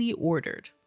ordered